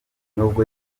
nubwo